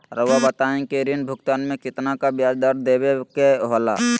रहुआ बताइं कि ऋण भुगतान में कितना का ब्याज दर देवें के होला?